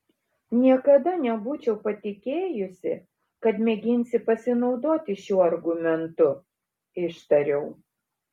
niekada nebūčiau patikėjusi kad mėginsi pasinaudoti šiuo argumentu ištariau